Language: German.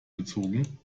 gezogen